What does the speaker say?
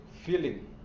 Feeling